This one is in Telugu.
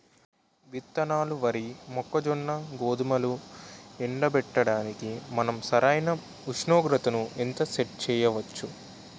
విత్తనాలు వరి, మొక్కజొన్న, గోధుమలు ఎండబెట్టడానికి మనం సరైన ఉష్ణోగ్రతను ఎంత సెట్ చేయవచ్చు?